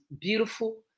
beautiful